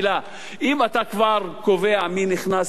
אם אתה כבר קובע מי נכנס ומי יוצא,